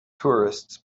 tourists